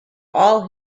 all